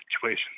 situation